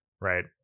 right